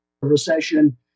recession